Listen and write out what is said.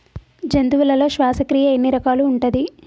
జంతువులలో శ్వాసక్రియ ఎన్ని రకాలు ఉంటది?